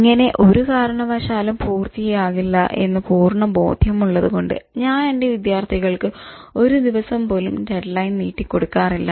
ഇങ്ങനെ ഒരു കാരണവശാലും പൂർത്തിയാകില്ല എന്ന് പൂർണ ബോധ്യമുള്ളത് കൊണ്ട് ഞാൻ എന്റെ വിദ്യാർഥികൾക്ക് ഒരു ദിവസം പോലും ഡെഡ്ലൈൻ നീട്ടി കൊടുക്കാറില്ല